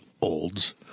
olds